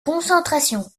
concentrations